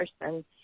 person